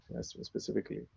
specifically